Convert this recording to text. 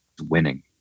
winning